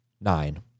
nine